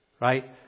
Right